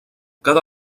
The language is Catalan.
cada